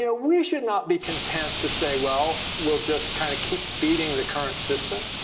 yeah we should not be content to say, well, we'll just kind of keep feeding the current system